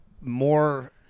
more